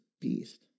beast